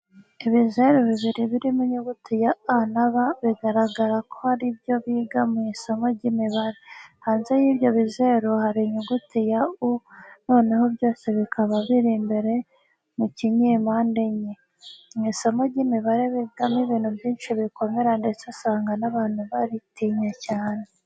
Ibizeru bibiri birimo inyuguti ya A na B bigaragara ko ari ibyo biga mu isomo ry'imibare. Hanze y'ibyo bizeru hari inyuguti ya U, noneho byose bikaba birimo imbere mu kinyempande enye. Mu isomo ry'imibare bigamo ibintu byinshi bikomera ndetse usanga n'abantu baritinya cyane.